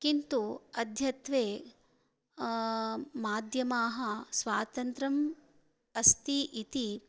किन्तु अद्यत्वे माध्यमानां स्वातन्त्र्यम् अस्ति इति